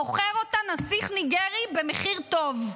מוכר אותה נסיך ניגרי במחיר טוב.